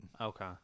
Okay